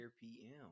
PM